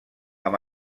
amb